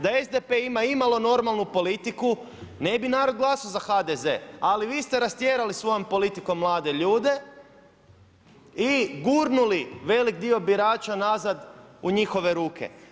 Da SDP ima imalo normalnu politiku ne bi narod glasao za HDZ, ali vi ste rastjerali svojom politikom mlade ljude i gurnuli velik dio birača nazad u njihove ruke.